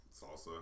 Salsa